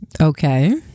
okay